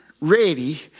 ready